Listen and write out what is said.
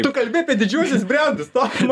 tu kalbi apie didžiuosius brandus tomai